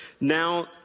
now